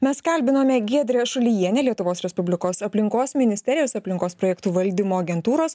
mes kalbinome giedrę šulijienę lietuvos respublikos aplinkos ministerijos aplinkos projektų valdymo agentūros